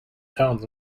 towns